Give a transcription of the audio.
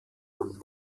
von